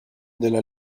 della